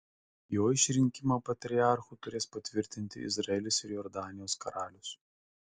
jo išrinkimą patriarchu turės patvirtinti izraelis ir jordanijos karalius